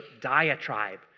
diatribe